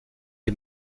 est